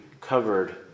covered